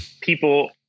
people